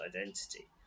identity